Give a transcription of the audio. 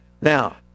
Now